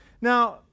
Now